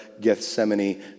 Gethsemane